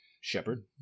Shepard